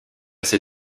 ces